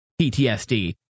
PTSD